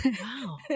wow